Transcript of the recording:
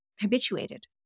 habituated